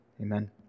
Amen